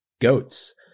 goats